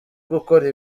gukora